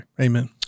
Amen